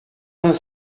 vingt